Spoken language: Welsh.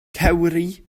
cewri